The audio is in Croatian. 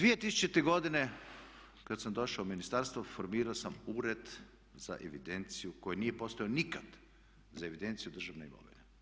2000. godine, kada sam došao u ministarstvo formirao sam ured za evidenciju, koji nije postojao nikad, za evidenciju državne imovine.